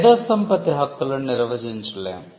మేధో సంపత్తి హక్కులను నిర్వచించలేము